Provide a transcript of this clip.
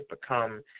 become